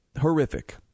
Horrific